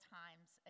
times